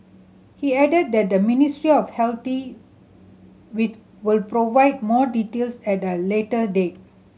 he added that the Ministry of Healthy with will provide more details at a later date